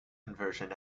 conversion